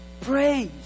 Praise